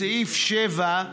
בסעיף 7,